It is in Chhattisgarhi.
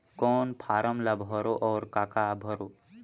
कौन फारम ला भरो और काका भरो?